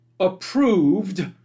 approved